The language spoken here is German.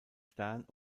stern